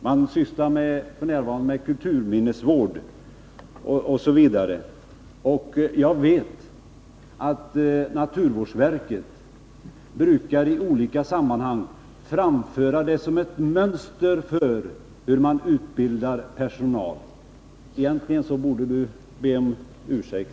F. n. sysslar man med kulturminnesvård. Jag vet att naturvårdsverket i olika sammanhang brukar framföra detta som ett mönster för hur man utbildar personal. Egentligen borde Paul Lestander be om ursäkt.